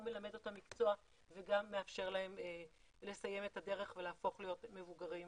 גם מלמד אותם מקצוע וגם מאפשר להם לסיים את הדרך ולהפוך להיות מבוגרים